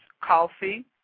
coffee